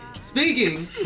Speaking